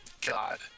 God